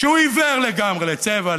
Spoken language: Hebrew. שהוא עיוור לגמרי לצבע,